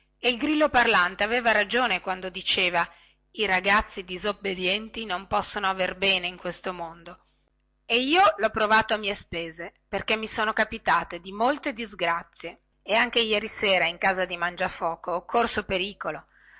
e il grillo parlante aveva ragione quando diceva i ragazzi disobbedienti non possono aver bene in questo mondo e io lho provato a mie spese perché mi sono capitate dimolte disgrazie e anche ieri sera in casa di mangiafoco ho corso pericolo